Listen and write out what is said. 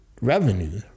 revenue